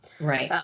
Right